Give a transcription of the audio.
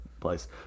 place